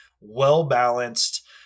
well-balanced